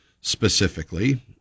specifically